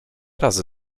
razy